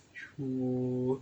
oo